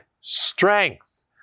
strength